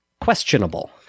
questionable